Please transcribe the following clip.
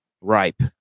ripe